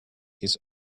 his